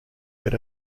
but